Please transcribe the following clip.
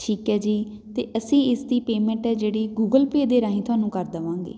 ਠੀਕ ਹੈ ਜੀ ਅਤੇ ਅਸੀਂ ਇਸਦੀ ਪੇਮੈਂਟ ਹੈ ਜਿਹੜੀ ਗੂਗਲ ਪੇਅ ਦੇ ਰਾਹੀਂ ਤੁਹਾਨੂੰ ਕਰ ਦੇਵਾਂਗੇ